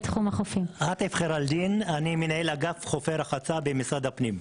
אני מנהל אגף חופי רחצה במשרד הפנים.